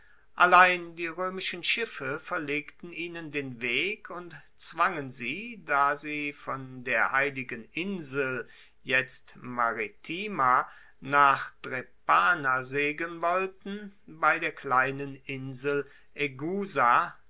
allein die roemischen schiffe verlegten ihnen den weg und zwangen sie da sie von der heiligen insel jetzt maritima nach drepana segeln wollten bei der kleinen insel